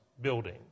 building